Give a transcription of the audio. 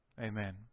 Amen